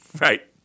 Right